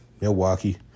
Milwaukee